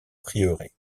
prieuré